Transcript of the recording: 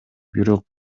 бирок